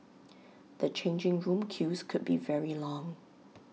the changing room queues could be very long